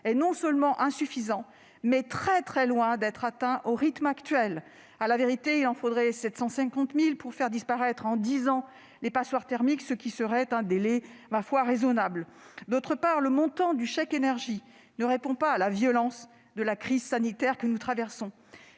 est non seulement insuffisant, mais, au rythme actuel, extrêmement loin d'être atteint. À la vérité, il en faudrait 750 000 pour faire disparaître en dix ans les passoires thermiques, ce qui serait un délai ma foi raisonnable. Par ailleurs, le montant du chèque énergie ne répond pas à la violence de la crise sanitaire que nous traversons